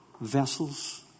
vessels